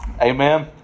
Amen